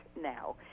now